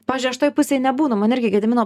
pavyzdžiui aš toj pusėj nebūnu man irgi gedimino